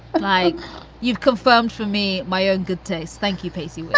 like you've confirmed for me my ah good tastes. thank you, pacey.